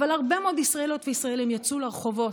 אבל הרבה מאוד ישראליות וישראלים יצאו לרחובות,